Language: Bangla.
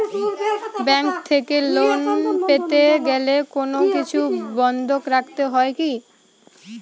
ব্যাংক থেকে লোন পেতে গেলে কোনো কিছু বন্ধক রাখতে হয় কি?